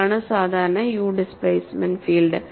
ഇതാണ് സാധാരണ U displacement field